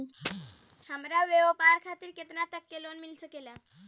हमरा व्यापार खातिर केतना तक लोन मिल सकेला?